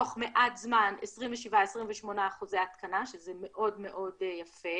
תוך מעט זמן 27%,28% התקנה, שזה מאוד מאוד יפה.